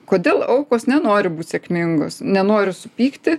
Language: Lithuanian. kodėl aukos nenori būti sėkmingos nenori supykti